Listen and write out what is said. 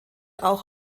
auch